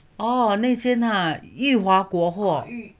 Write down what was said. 哦那间啊裕华国货